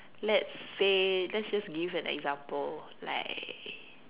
let's say let's just give an example like